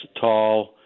tall